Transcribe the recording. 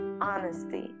honesty